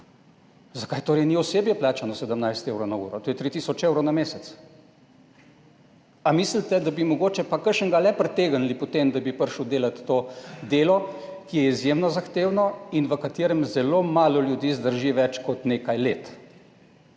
Zakaj torej ni osebje plačano 17 evrov na uro? To je 3 tisoč evrov na mesec. A mislite, da bi mogoče potem kakšnega le pritegnili, da bi prišel delat to delo, ki je izjemno zahtevno in v katerem zelo malo ljudi zdrži več kot nekaj let?